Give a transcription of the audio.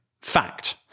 Fact